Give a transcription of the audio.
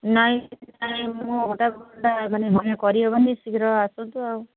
ନାହିଁ ନାହିଁ ମୋ ଗୋଟାକ ମାନେ କରି ହେବନି ଶୀଘ୍ର ଆସନ୍ତୁ ଆଉ